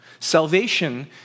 Salvation